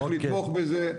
צריך לתמוך בזה.